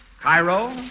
Cairo